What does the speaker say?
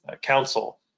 Council